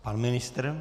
Pan ministr?